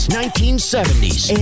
1970s